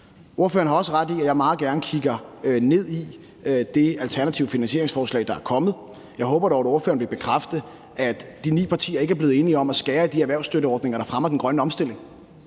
Ordføreren har også ret i, at jeg meget gerne kigger ned i det alternative finansieringsforslag, der er kommet. Jeg håber dog, at ordføreren vil bekræfte, at de ni partier ikke er blevet enige om at skære i de erhvervsstøtteordninger, der fremmer den grønne omstilling,